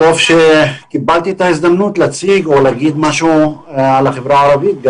טוב שקיבלתי את ההזדמנות להגיד משהו על החברה הערבית.